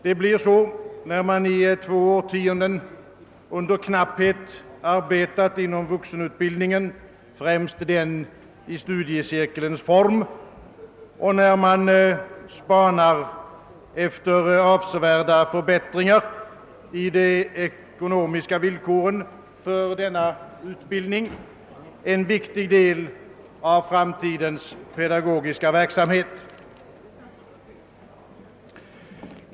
Det blir så när man i två årtionden under ekonomisk knapphet arbetat inom vuxenutbildningen — främst den i studiecirkelns form — och när man spanar efter avsevärda förbättringar i de ekonomiska villkoren för denna utbildning, som ju är en viktig del av framtidens pedagogiska verksamhet.